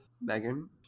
Megan